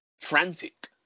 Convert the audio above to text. frantic